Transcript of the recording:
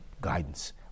guidance